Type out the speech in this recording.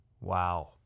Wow